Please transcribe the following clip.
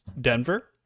Denver